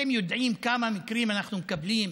אתם יודעים כמה מקרים אנחנו מקבלים,